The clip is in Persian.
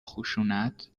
خشونت